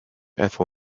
ethel